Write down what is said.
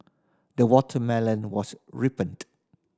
the watermelon was ripened